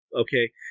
Okay